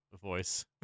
voice